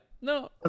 No